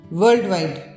worldwide